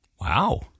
Wow